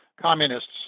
communists